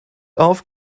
auf